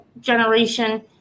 generation